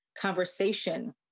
Conversation